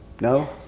no